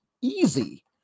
easy